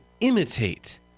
imitate